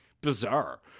bizarre